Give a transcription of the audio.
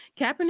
Kaepernick